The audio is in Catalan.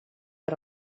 per